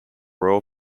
royal